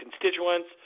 constituents